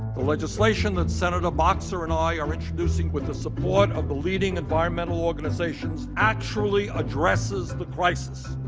the legislation that senator boxer and i are introducing with the support of the leading environmental organizations actually addresses the crisis.